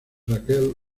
rachel